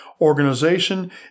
organization